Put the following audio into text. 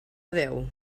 déu